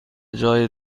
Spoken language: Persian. جای